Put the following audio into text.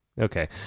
Okay